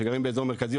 שגרים באזור מרכז,